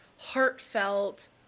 heartfelt